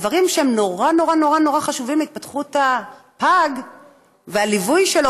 דברים שהם נורא נורא חשובים להתפתחות הפג והליווי שלו,